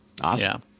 Awesome